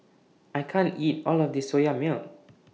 I can't eat All of This Soya Milk